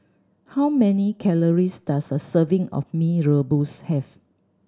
how many calories does a serving of Mee Rebus have